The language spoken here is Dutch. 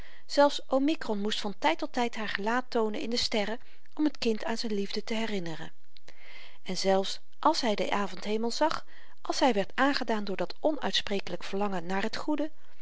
zelfs omikron moest van tyd tot tyd haar gelaat toonen in de sterren om t kind aan z'n liefde te herinneren en zelfs àls hy den avendhemel zag als hy werd aangedaan door dat onuitsprekelyk verlangen naar het goede